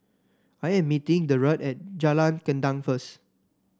I am meeting Derald at Jalan Gendang first